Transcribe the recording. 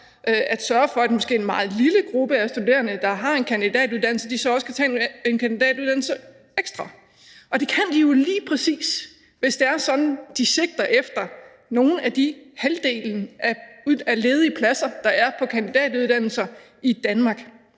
at sørge for, at en måske meget lille gruppe af studerende, der har en kandidatuddannelse, også kan tage en kandidatuddannelse ekstra. Og det kan de jo lige præcis, hvis det er sådan, at de sigter efter nogle af de ledige pladser, halvdelen, der er på kandidatuddannelser i Danmark.